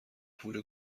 پول